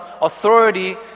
authority